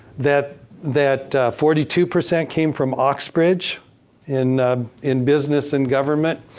that that forty two percent came from oxbridge in in business and government.